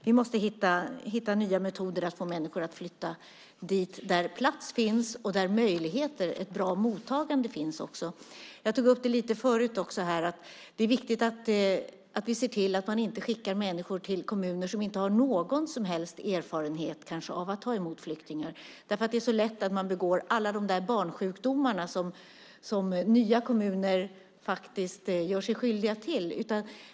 Vi måste hitta nya metoder att få människor att flytta dit där plats finns och ett bra mottagande finns. Jag tog tidigare upp att det är viktigt att vi ser att till att människor inte skickas till kommuner som inte har någon som helst erfarenhet av att ta emot flyktingar. Det är så lätt att nya kommuner gör sig skyldiga till att upprepa alla barnsjukdomar.